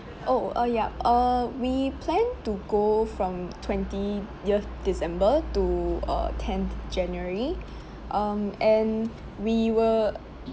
oh uh yup err we plan to go from twentieth december to uh tenth january um and we were